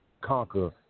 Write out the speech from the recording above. conquer